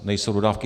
Nejsou dodávky.